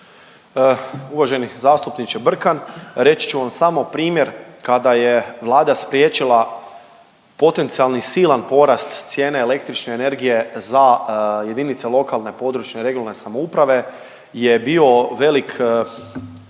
Uvaženi zastupniče Brkan reći ću vam samo primjer kada je Vlada spriječila potencijalni silan porast cijene električne energije za jedinice lokalne, područne regionalne samouprave